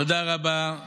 תודה רבה.